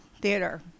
theater